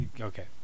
Okay